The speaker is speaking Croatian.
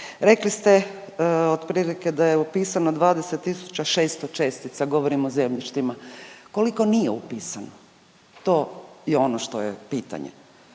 Rekli ste otprilike da je upisano 20600 čestica, govorim o zemljištima. Koliko nije upisano to je ono što je pitanje?